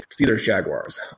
Steelers-Jaguars